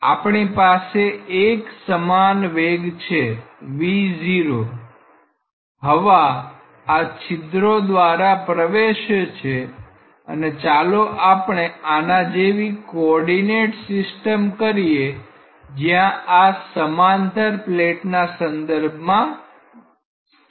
આપણી પાસે એક સમાન વેગ છે V0 હવા આ છિદ્રો દ્વારા પ્રવેશે છે અને ચાલો આપણે આના જેવી કોર્ડીનેટ સિસ્ટમ કરીએ જ્યાં આ સમાંતર પ્લેટના સંદર્ભમાં સ્થિત છે